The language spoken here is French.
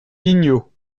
pigno